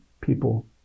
people